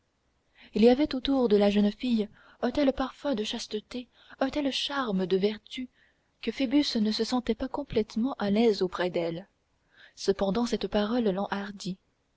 il y avait autour de la jeune fille un tel parfum de chasteté un tel charme de vertu que phoebus ne se sentait pas complètement à l'aise auprès d'elle cependant cette parole